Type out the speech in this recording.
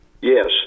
Yes